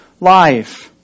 life